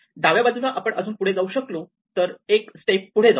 डाव्या बाजूला आपण अजून पुढे जाऊ शकलो तर एक स्टेप पुढे जाऊ